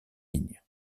ligne